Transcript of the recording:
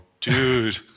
dude